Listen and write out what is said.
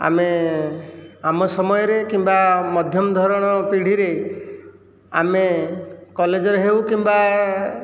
ଆମେ ଆମ ସମୟରେ କିମ୍ବା ମଧ୍ୟମ ଧରଣ ପିଢ଼ୀରେ ଆମେ କଲେଜରେ ହେଉ କିମ୍ବା